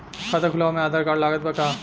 खाता खुलावे म आधार कार्ड लागत बा का?